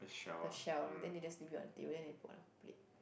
the shell lor then they just leave it on the table then they put it on a plate